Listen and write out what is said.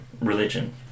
religion